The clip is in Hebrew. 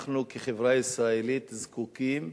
אנחנו כחברה ישראלית זקוקים